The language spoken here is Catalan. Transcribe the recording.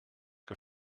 què